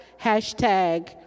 hashtag